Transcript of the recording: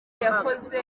yakoze